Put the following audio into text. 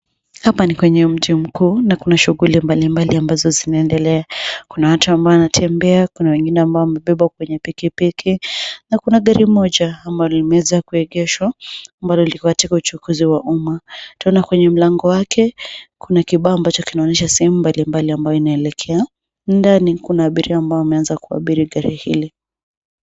Hapa ni kwenye mji mkuu, na kuna shughuli mbalimbali ambazo zinaendelea. Kuna watu ambao wanatembea, kuna wengine ambao wamebebwa kwenye pikipiki, na kuna gari moja ambalo limeweza kuegeshwa ambalo liko katika uchukuzi wa umma. Tunaona kwenye mlango wake, kuna kibao ambacho kinaonyesha sehemu mbalimbali ambao inaelekea. Ndani kuna abiria ambao wameanza kuabiri gari hili.